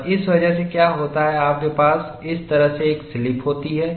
और इस वजह से क्या होता है आपके पास इस तरह से एक स्लिप होती है